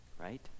Right